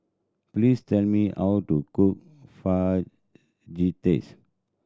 please tell me how to cook Fajitas